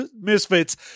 misfits